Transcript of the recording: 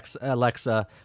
Alexa